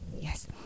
yes